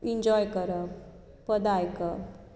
enjoy करप पदां आयकप